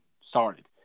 started